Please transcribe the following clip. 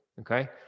okay